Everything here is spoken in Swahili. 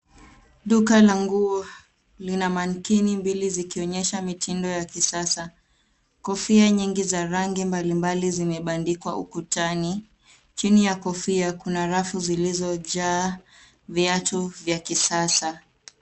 Duka la nguo, lina manikini mbili zikionyesha mitindo ya kisasa. Kofia nyingi za rangi mbalimbali zimebandikwa ukutani. Chini ya kofia kuna rafu zilizojaa viatu vya kisasa.